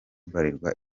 bralirwa